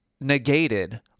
negated